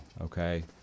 okay